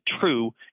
true